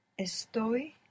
Estoy